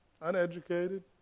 uneducated